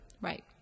Right